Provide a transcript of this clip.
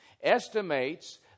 estimates